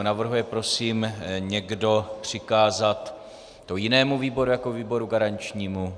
Navrhuje prosím někdo to přikázat jinému výboru jako výboru garančnímu?